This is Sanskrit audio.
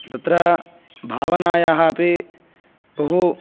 तत्र भावनायाः अपि बहु